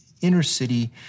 inner-city—